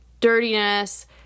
dirtiness